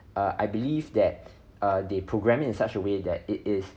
err I believe that err they program it in such a way that it is